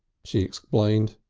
she explained.